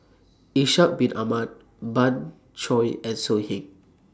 Ishak Bin Ahmad Pan Shou and So Heng